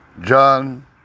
John